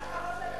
למה ראש הממשלה,